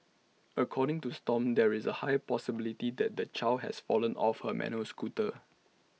according to stomp there is A high possibility that the child has fallen off her manual scooter